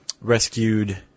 Rescued